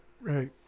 Right